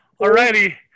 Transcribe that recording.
Alrighty